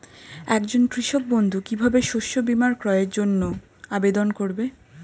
একজন কৃষক বন্ধু কিভাবে শস্য বীমার ক্রয়ের জন্যজন্য আবেদন করবে?